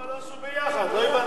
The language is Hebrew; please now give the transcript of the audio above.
למה לא עשו ביחד, לא הבנתי.